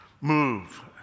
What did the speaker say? move